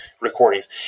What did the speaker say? recordings